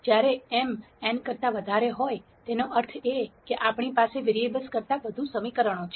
જ્યારે m n કરતા વધારે હોય તેનો અર્થ એ કે આપણી પાસે વેરીએબલ્સ કરતા વધુ સમીકરણો છે